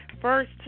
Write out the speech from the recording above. first